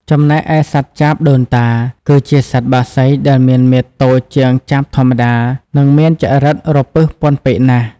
ចំណែកឯសត្វចាបដូនតា គឺជាសត្វបក្សីដែលមានមាឌតូចជាងចាបធម្មតា និងមានចរិតរពឹសពន់ពេកណាស់។